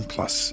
Plus